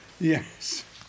Yes